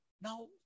Now